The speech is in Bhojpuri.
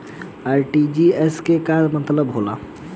आर.टी.जी.एस के का मतलब होला?